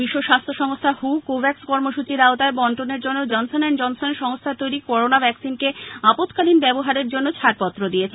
বিশ্ব স্বাস্থ্য সংস্থা হু কোভ্যাক্স কর্মসূচীর আওতায় বন্টনের জন্য জনসন অ্যান্ড জনসন সংস্থার তৈরি করোনা ভ্যাক্সিনকে আপাতকালীন ব্যবহারের জন্য ছাড়পত্র দিয়েছে